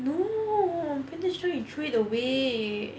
no pretty sure they threw it away